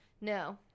No